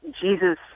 Jesus